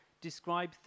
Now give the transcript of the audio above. describe